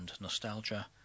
Nostalgia